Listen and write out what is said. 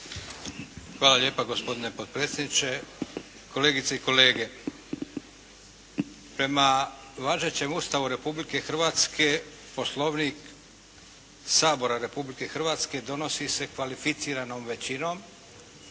Hvala lijepa gospodine potpredsjedniče, kolegice i kolege. Prema važećem Ustavu Republike Hrvatske Poslovnik Sabora Republike Hrvatske donosi se kvalificiranom većinom,